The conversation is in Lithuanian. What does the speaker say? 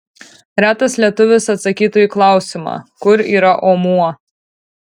retas lietuvis atsakytų į klausimą kur yra omuo